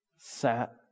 sat